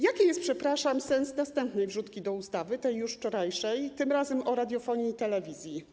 Jaki jest sens następnej wrzutki do ustawy, tej już wczorajszej, tym razem o radiofonii i telewizji?